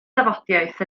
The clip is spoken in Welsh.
dafodiaith